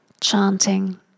Chanting